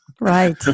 right